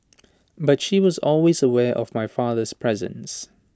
but she was always aware of my father's presence